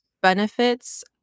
benefits